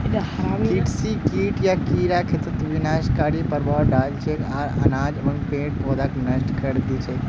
कृषि कीट या कीड़ा खेतत विनाशकारी प्रभाव डाल छेक आर अनाज एवं पेड़ पौधाक नष्ट करे दी छेक